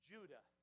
Judah